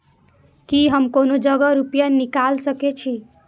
की हम कोनो जगह रूपया निकाल सके छी?